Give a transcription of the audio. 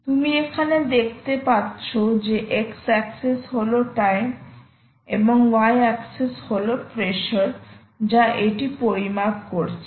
তুমি এখানে দেখতে পাচ্ছো যে x অ্যাক্সিস হল টাইম এবং y অ্যাক্সিস হলো প্রেসার যা এটি পরিমাপ করছে